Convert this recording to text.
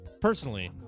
Personally